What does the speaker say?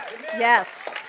Yes